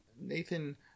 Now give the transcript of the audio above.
Nathan